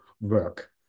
work